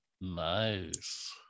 Nice